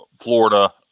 Florida